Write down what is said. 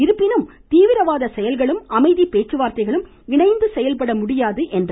இருப்பினும் தீவிரவாத செயல்களும் அமைதி பேச்சுவார்த்தைகளும் இணைந்து செயல்பட முடியாது என்றார்